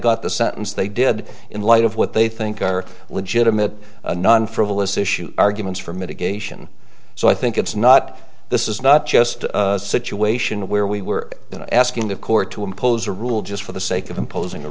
got the sentence they did in light of what they think are legitimate non frivolous issues arguments for mitigation so i think it's not this is not just a situation where we were asking the court to impose a rule just for the sake of imposing